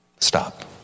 Stop